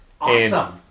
Awesome